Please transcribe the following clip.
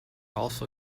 also